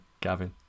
Gavin